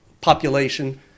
population